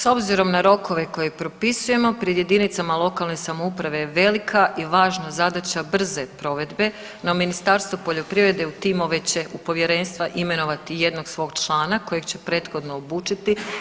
S obzirom na rokove koje propisujemo pred jedinicama lokalne samouprave je velika i važna zadaća brze provedbe, no Ministarstvo poljoprivrede će u timove, u povjerenstva imenovati jednog svog člana kojeg će prethodno obučiti.